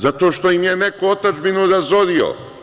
Zato što im je neko otadžbinu razorio.